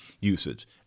usage